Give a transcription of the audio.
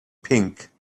pink